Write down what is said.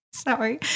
Sorry